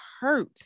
hurt